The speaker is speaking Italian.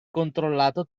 controllato